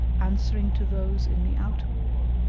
answering to those in the outer wall,